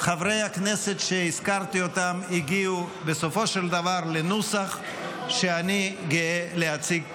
חברי הכנסת שהזכרתי אותם הגיעו בסופו של דבר לנוסח שאני גאה להציג כרגע,